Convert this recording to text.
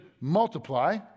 multiply